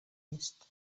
est